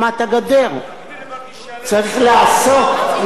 צריך לעשות, לא צריך רק להביא חוקים.